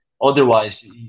otherwise